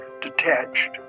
detached